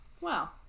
Wow